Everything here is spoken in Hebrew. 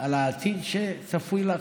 על העתיד שצפוי לך,